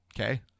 Okay